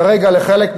כרגע לחלק מהם,